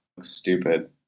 stupid